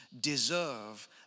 deserve